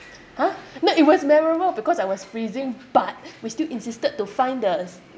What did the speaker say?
!huh! no it was memorable because I was freezing but we still insisted to find the